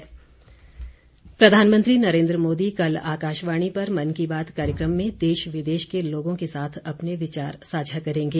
मन की बात प्रधानमंत्री नरेन्द्र मोदी कल आकाशवाणी पर मन की बात कार्यक्रम में देश विदेश के लोगों के साथ अपने विचार साझा करेंगे